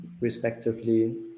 respectively